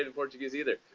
ah portuguese either.